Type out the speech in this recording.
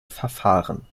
verfahren